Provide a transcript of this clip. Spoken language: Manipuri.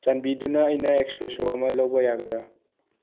ꯆꯥꯟꯕꯤꯗꯨꯅ ꯑꯩꯅ ꯑꯦꯛꯁꯄ꯭ꯔꯦꯁꯁꯣ ꯑꯃ ꯂꯧꯕ ꯌꯥꯒꯗ꯭ꯔꯥ